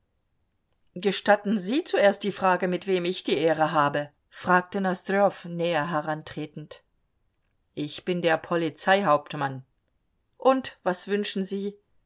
gestatten sie zuerst die frage mit wem ich die ehre habe fragte nosdrjow näher herantretend ich bin der polizeihauptmann und was wünschen sie